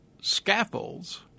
scaffolds